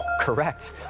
Correct